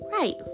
right